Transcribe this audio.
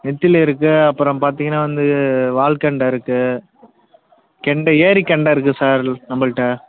நெத்திலி இருக்குது அப்புறம் பார்த்தீங்கன்னா வந்து வால்கெண்டை இருக்குது கெண்டை ஏரிகெண்டை இருக்குது சார் நம்மகிட்ட